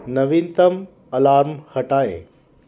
नवीनतम अलार्म हटाएँ